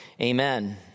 amen